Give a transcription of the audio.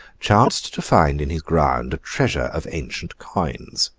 chanced to find in his ground a treasure of ancient coins.